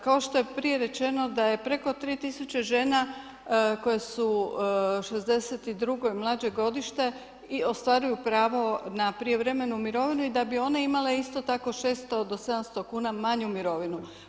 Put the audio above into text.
Kao što je prije rečeno da je preko 3000 žena koje su '62. i mlađe godište ostvaruju pravo na prijevremenu mirovinu i da bi one imale isto tako 600-700 kn manju mirovinu.